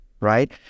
right